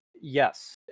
Yes